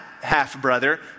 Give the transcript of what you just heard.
half-brother